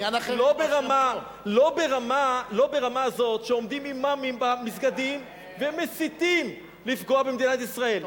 לא ברמה זאת שעומדים אימאמים במסגדים ומסיתים לפגוע במדינת ישראל,